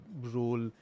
role